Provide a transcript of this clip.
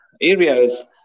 areas